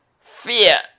fear